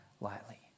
lightly